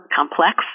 complex